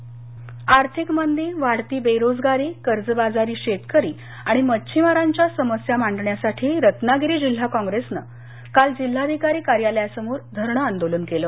रत्नागिरी आर्थिक मंदी वाढती बेरोजगारी कर्जबाजारी शेतकरी आणि मच्छीमारांच्या समस्या मांडण्यासाठी रत्नागिरी जिल्हा काँप्रेसन काल जिल्हाधिकारी कार्यालयासमोर धरणं आंदोलन केलं